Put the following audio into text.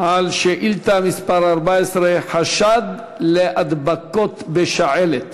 על שאילתה מס' 14: חשד להידבקות בשעלת.